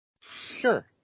Sure